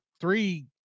three